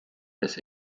this